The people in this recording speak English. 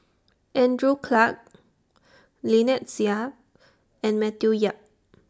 Andrew Clarke Lynnette Seah and Matthew Yap